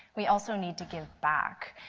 we also need to give back.